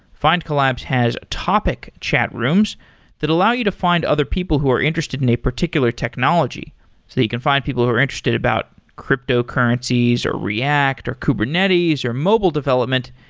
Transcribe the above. findcollabs has topic chat rooms that allow you to find other people who are interested in a particular technology, so that you can find people who are interested about cryptocurrencies, or react, or kubernetes, or mobile development,